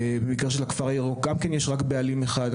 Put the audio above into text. במקרה של הכפר הירוק יש גם כן רק בעלים אחד.